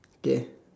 death